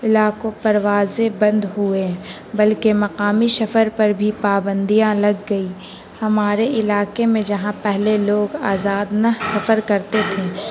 علاقوں پروازیں بند ہوئے بلکہ مقامی سفر پر بھی پابندیاں لگ گئی ہمارے علاقے میں جہاں پہلے لوگ آزادا نہ سفر کرتے تھے